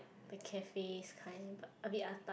the cafes kind a bit atas